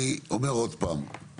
אני זוכר את זה עוד בשלהי תקופתי כראש עיר.